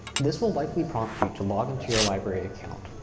this will likely prompt you to login to your library account.